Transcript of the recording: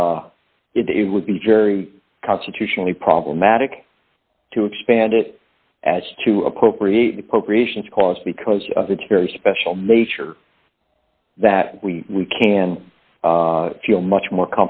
it would be very constitutionally problematic to expand it as to appropriate appropriations cause because of its very special nature that we we can feel much more